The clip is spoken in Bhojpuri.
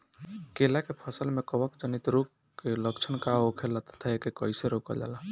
केला के फसल में कवक जनित रोग के लक्षण का होखेला तथा एके कइसे रोकल जाला?